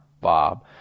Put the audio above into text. Bob